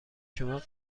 شما